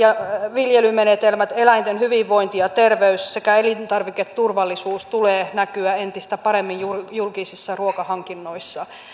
viljelymenetelmien eläinten hyvinvoinnin ja terveyden sekä elintarviketurvallisuuden tulee näkyä entistä paremmin julkisissa ruokahankinnoissa